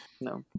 No